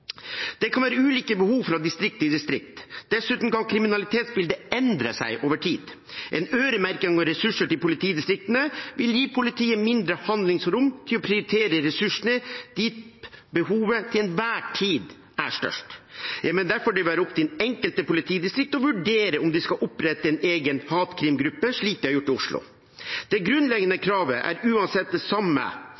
Det kan være ulike behov fra distrikt til distrikt. Dessuten kan kriminalitetsbildet endre seg over tid. En øremerking av ressurser til politidistriktene vil gi politiet mindre handlingsrom til å prioritere ressursene dit behovet til enhver tid er størst. Jeg mener derfor det bør være opp til det enkelte politidistrikt å vurdere om de skal opprette en egen hatkrimgruppe, slik det er gjort i Oslo. Det grunnleggende